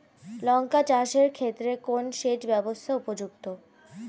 লঙ্কা চাষের ক্ষেত্রে কোন সেচব্যবস্থা উপযুক্ত?